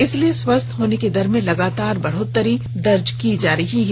इसलिए स्वस्थ होने की दर में लगातार बढ़ोत्तरी दर्ज की जा रही है